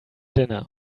dinner